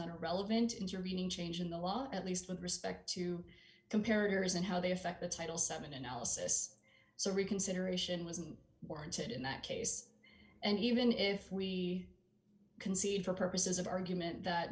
not a relevant intervening change in the law at least with respect to compare is and how they affect the title seven analysis so reconsideration wasn't warranted in that case and even if we concede for purposes of argument that